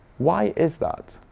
why is that?